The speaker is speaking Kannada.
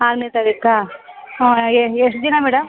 ಆರನೇ ತಾರೀಕಾ ಹಾಂ ಎಷ್ಟು ದಿನ ಮೇಡಮ್